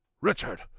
Richard